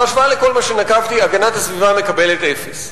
בהשוואה לכל מה שנקבתי הגנת הסביבה מקבלת אפס.